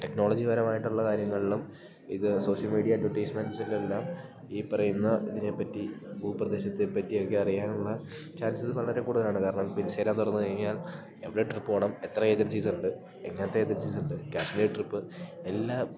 technology പരമായിട്ടുള്ള കാര്യങ്ങളിലും ഇത് സോഷ്യൽ മീഡിയ അഡ്വർടൈസ്മെൻ്റസിലെല്ലാം ഈ പറയുന്ന ഇതിനെപ്പറ്റി ഭൂ പ്രദേശത്തെപ്പറ്റിയൊക്കെ അറിയാനുള്ള ചാൻസസ് വളരെ കൂട്തലാണ് കാരണം ഇപ്പം ഇൻസ്റ്റാഗ്രാം തുറന്ന് നോക്കിക്കഴിഞ്ഞാൽ എവിടെ ട്രിപ്പ് പോകണം എത്ര ഏജൻസീസുണ്ട് എങ്ങനത്തെ ഏജൻസീസുണ്ട് കാശ്മീർ ട്രിപ്പ് എല്ലാം